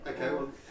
okay